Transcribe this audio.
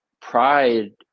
pride